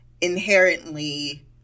inherently